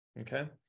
Okay